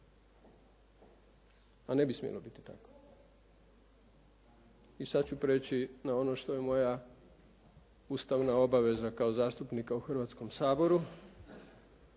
a ne bi smjelo biti takvo. I sad ću preći na ono što je moja ustavna obaveza kao zastupnika u Hrvatskom saboru,